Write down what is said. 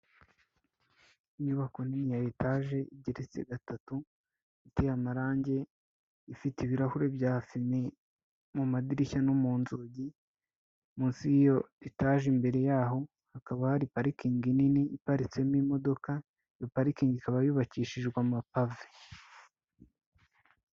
Inyubako nini ya etaje igeretse gatatu, iteye amarangi ifite ibirahure bya fime mu madirishya no mu nzugi, munsi y'iyo etaje imbere yaho hakaba hari parikingi nini iparitsemo imodoka, iyo pariking ikaba yubakishijwe amapave.